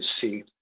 see